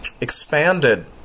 expanded